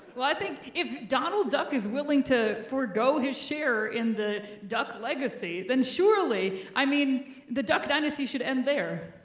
well, i think if donald duck is willing to forego his share in the duck legacy, then surely i mean the duck dynasty should end there.